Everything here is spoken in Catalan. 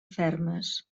fermes